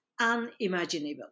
unimaginable